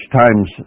times